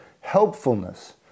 helpfulness